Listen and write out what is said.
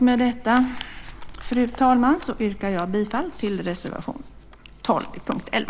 Med detta, fru talman, yrkar jag bifall till reservation 12 under punkt 11.